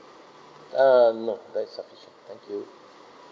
uh no that is sufficient thank you